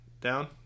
down